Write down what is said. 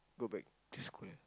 go back to school